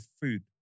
food